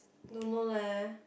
don't know leh